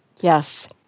Yes